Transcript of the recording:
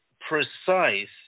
precise